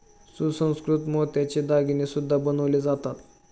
सुसंस्कृत मोत्याचे दागिने सुद्धा बनवले जातात